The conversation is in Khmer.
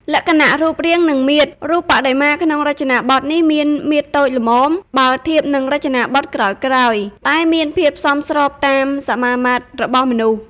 លក្ខណៈរូបរាង និងមាឌ រូបបដិមាក្នុងរចនាបថនេះមាន មាឌតូចល្មម បើធៀបនឹងរចនាបថក្រោយៗ តែមានភាពសមស្របតាមសមាមាត្ររបស់មនុស្ស។